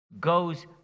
goes